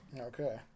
Okay